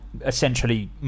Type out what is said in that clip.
essentially